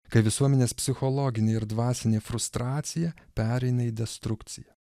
kai visuomenės psichologinė ir dvasinė frustracija pereina į destrukciją